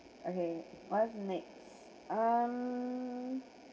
okay what's next um